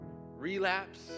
relapse